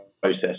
Process